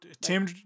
Tim